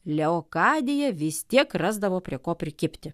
leokadija vis tiek rasdavo prie ko prikibti